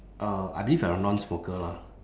uh I believe you're a non smoker lah